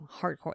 hardcore